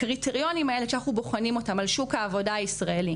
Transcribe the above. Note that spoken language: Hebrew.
הקריטריונים האלה שאנחנו בוחנים אותם על שוק עבודה ישראלי,